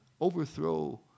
overthrow